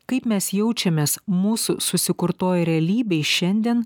kaip mes jaučiamės mūsų susikurtoj realybėj šiandien